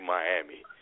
Miami